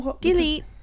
Delete